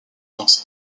danser